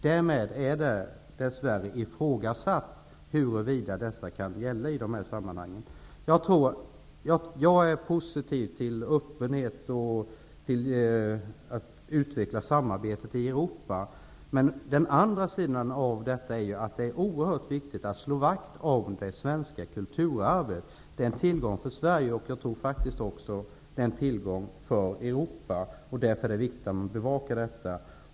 Därmed kan det ifrågasättas vilket som gäller i detta sammanhang. Jag är positiv till öppenhet och till att utveckla samarbetet i Europa. En annan sida av detta är att det är oerhört viktigt att slå vakt om det svenska kulturarvet. Det är en tillgång för Sverige, och jag tror faktiskt att det är en tillgång också för Europa. Därför är det viktigt att denna fråga bevakas.